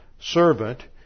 servant